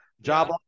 job